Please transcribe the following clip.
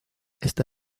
esta